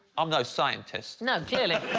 i'm no scientist. no cheerilee